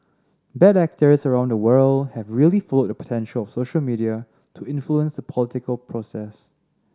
bad actors around the world have really followed the potential of social media to influence the political process